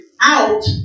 out